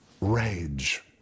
Rage